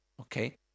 Okay